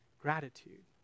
gratitude